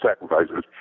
sacrifices